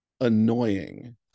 annoying